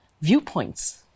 viewpoints